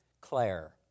Claire